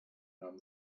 nahm